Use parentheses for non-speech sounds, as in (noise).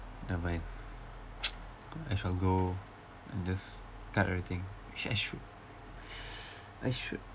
nevermind (noise) I shall go and just cut everything actually I should I should